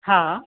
हा